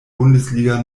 bundesliga